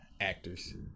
actors